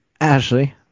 ashley